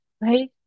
right